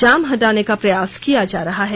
जाम हटाने का प्रयास किया जा रहा है